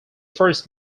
first